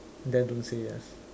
then don't say yes